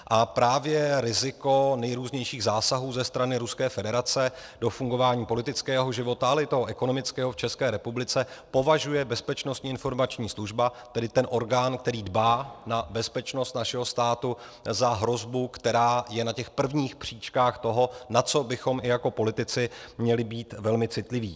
A právě riziko nejrůznějších zásahů ze strany Ruské federace do fungování politického života, ale i toho ekonomického v České republice považuje Bezpečnostní informační služba, tedy ten orgán, který dbá na bezpečnost našeho státu, za hrozbu, která je na prvních příčkách toho, na co bychom i jako politici měli být velmi citliví.